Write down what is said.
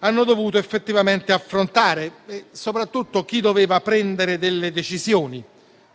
hanno dovuto effettivamente affrontare e soprattutto chi doveva prendere delle decisioni: